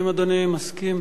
האם אדוני מסכים?